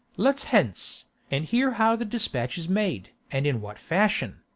let's hence and hear how the dispatch is made and in what fashion,